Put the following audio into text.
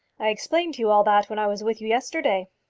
i explained to you all that when i was with you yesterday.